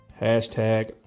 Hashtag